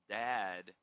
dad